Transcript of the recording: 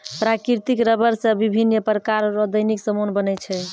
प्राकृतिक रबर से बिभिन्य प्रकार रो दैनिक समान बनै छै